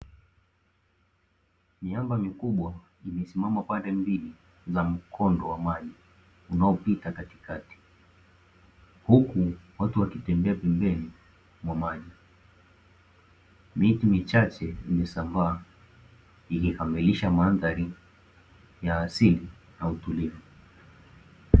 Miamba mikubwa imesimama pande mbili za mkondo wa maji unaopita katikati, huku watu wakitembea pembeni mwa maji, miti michache imesambaa ikikamilisha mandhari ya asili na utulivu.